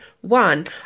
one